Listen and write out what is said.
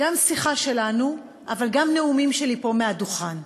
שיחה שלנו, אבל גם נאומים שלי פה מעל הדוכן.